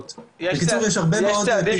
בקיצור יש הרבה מאוד פעילות.